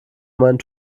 meinen